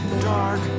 dark